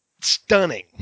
stunning